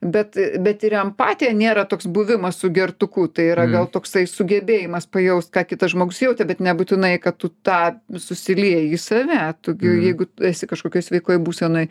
bet bet ir empatija nėra toks buvimas sugertuku tai yra gal toksai sugebėjimas pajaust ką kitas žmogus jautė bet nebūtinai kad tu tą susilieji į save tu gi jeigu esi kažkokioj sveikoj būsenoj